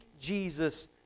Jesus